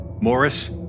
Morris